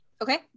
Okay